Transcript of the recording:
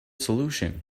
solution